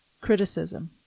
criticism